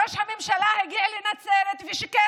ראש הממשלה הגיע לנצרת ושיקר,